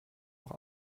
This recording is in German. noch